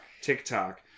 TikTok